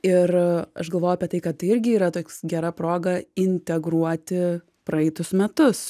ir aš galvoju apie tai kad tai irgi yra toks gera proga integruoti praeitus metus